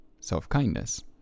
self-kindness